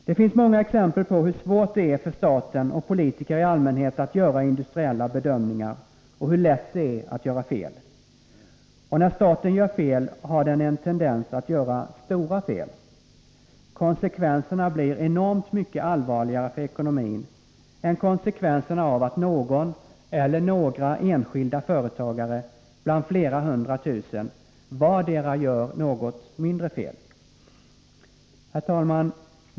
Det finns många exempel på hur svårt det är för staten och politiker i allmänhet att göra industriella bedömningar och hur lätt det är att göra fel. Och när staten gör fel har den en tendens att göra stora fel. Konsekvenserna blir enormt mycket allvarligare för ekonomin än konsekvenserna av att någon eller några enskilda företagare, bland flera hundra tusen, vardera gör något mindre fel. Herr talman!